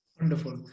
Wonderful